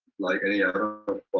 like any other